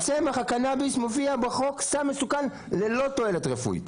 צמח הקנביס מופיע בחוק כסם מסוכן ללא תועלת רפואית.